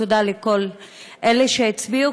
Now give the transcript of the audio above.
תודה לכל אלה שהצביעו,